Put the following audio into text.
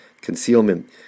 concealment